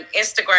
Instagram